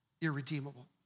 irredeemable